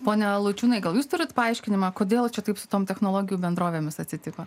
pone laučiūnai gal jūs turite paaiškinimą kodėl čia taip su tom technologijų bendrovėmis atsitiko